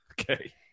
Okay